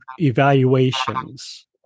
evaluations